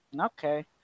Okay